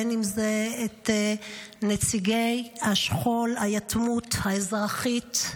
אם את נציגי השכול, היתמות האזרחית,